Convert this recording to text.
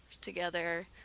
together